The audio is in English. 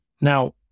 Now